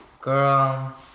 Girl